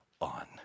on